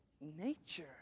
nature